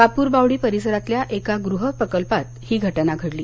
कापूरबावडी परिसरातल्या एका गृह प्रकल्पात ही घटना घडली